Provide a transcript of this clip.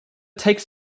takes